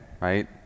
right